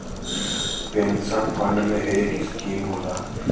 pension fund में एक scheme होला